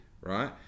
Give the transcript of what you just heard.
Right